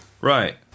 Right